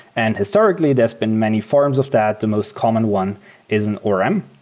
and historically, there're been many forms of that. the most common one is in orm,